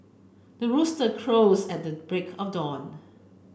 the rooster crows at the break of dawn